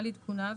על עדכוניו,